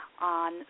On